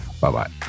Bye-bye